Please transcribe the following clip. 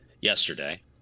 yesterday